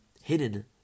hidden